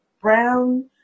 Brown